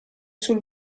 sul